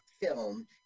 film